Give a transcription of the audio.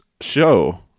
show